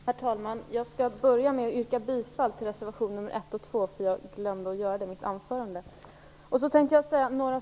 Herr talman! Jag skall börja med att yrka bifall till reservationerna 1 och 2. Jag glömde nämligen att göra det i mitt anförande.